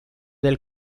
del